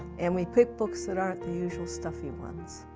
and we pick books that aren't the usual stuffy ones.